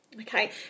Okay